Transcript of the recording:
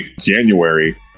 January